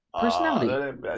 personality